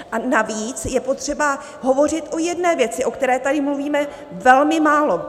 A navíc je potřeba hovořit o jedné věci, o které tady mluvíme velmi málo.